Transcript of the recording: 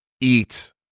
eat